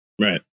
Right